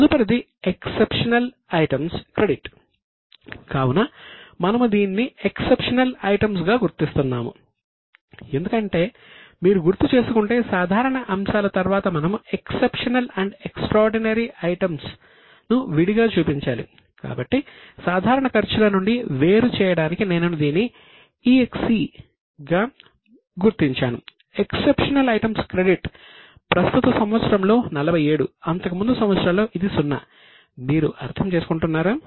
తదుపరిది exceptional items credit ప్రస్తుత సంవత్సరంలో 47 అంతకుముందు సంవత్సరాల్లో ఇది 00 మీరు అర్థం చేసుకుంటున్నారా